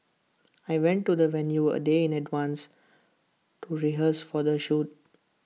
I went to the venue A day in advance to rehearse for the shoot